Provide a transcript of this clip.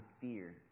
fear